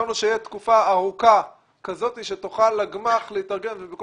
דיברנו על כך שתהיה תקופה ארוכה כזאת שיוכל הגמ"ח להתארגן וכל